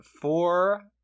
four